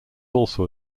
also